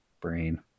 brain